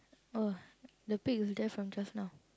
oh the pigs is there from just now